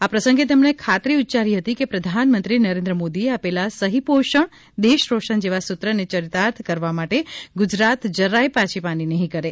આ પ્રસંગે તેમણે ખાતરી ઉચ્યારી હતી કે પ્રધાનમંત્રી નરેન્દ્ર મોદીએ આપેલા સહી પોષણ દેશ રોશન જેવા સૂત્રને ચરિતાર્થ કરવા માટે ગુજરાત જરાય પાછી પાની નહી કરે